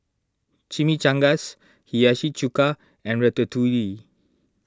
Chimichangas Hiyashi Chuka and Ratatouille